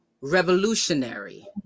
Revolutionary